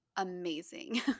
amazing